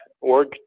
org